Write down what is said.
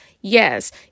Yes